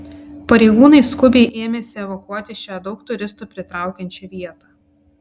pareigūnai skubiai ėmėsi evakuoti šią daug turistų pritraukiančią vietą